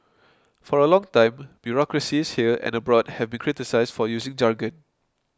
for a long time bureaucracies here and abroad have been criticised for using jargon